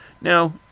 Now